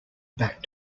back